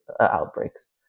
outbreaks